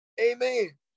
Amen